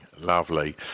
lovely